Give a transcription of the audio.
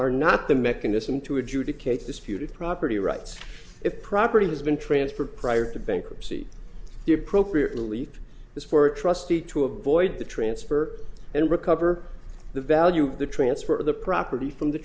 are not the mechanism to adjudicate disputed property rights if property has been transferred prior to bankruptcy the appropriate relief is for a trustee to avoid the transfer and recover the value of the transfer of the property from the